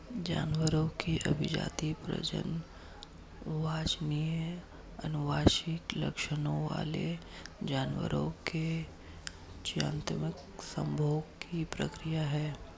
जानवरों की अभिजाती, प्रजनन वांछनीय आनुवंशिक लक्षणों वाले जानवरों के चयनात्मक संभोग की प्रक्रिया है